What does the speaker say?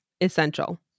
essential